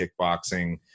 kickboxing